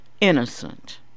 innocent